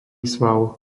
sval